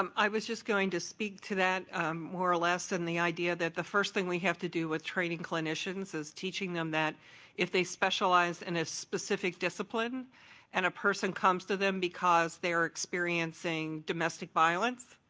um i was just going to speak to that more or less in the idea that the first thing we have to do with training clinicians is teaching them that if they specialize in a specific discipline and a person comes to them because they're experiencing domestic violence,